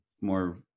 more